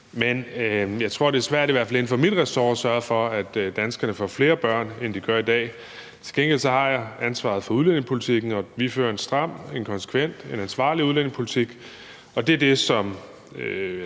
Men jeg tror, det er svært, i hvert fald inden for mit ressort, at sørge for, at danskerne får flere børn, end de gør i dag. Til gengæld har jeg ansvaret for udlændingepolitikken, og vi fører en stram, en konsekvent, en ansvarlig udlændingepolitik, og formålet med